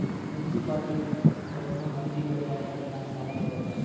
municipality ದವ್ರನು ಮಂದಿ ಬಲ್ಲಿ ರೊಕ್ಕಾದ್ ಮ್ಯಾಲ್ ಸಾಲಾ ತಗೋತಾರ್